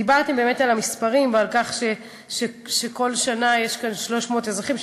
דיברתם על המספרים ועל כך שכל שנה יש כאן 300 אזרחים,